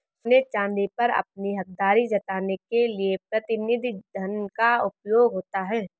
सोने चांदी पर अपनी हकदारी जताने के लिए प्रतिनिधि धन का उपयोग होता है